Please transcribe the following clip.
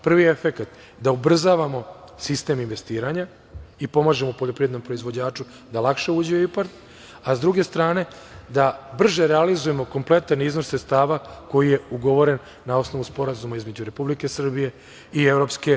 Prvi efekat je da ubrzavamo sistem investiranja i pomažemo poljoprivrednom proizvođaču da lakše uđe u IPARD, a sa druge strane da brže realizujemo kompletan iznos sredstava koji je ugovoren na osnovu sporazuma između Republike Srbije i EU.